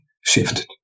shifted